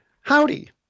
Howdy